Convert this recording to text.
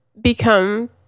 become